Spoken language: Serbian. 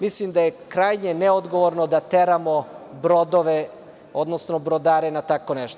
Mislim da je krajnje neodgovorno da teramo brodove, odnosno brodare na tako nešto.